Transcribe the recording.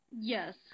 Yes